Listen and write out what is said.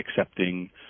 accepting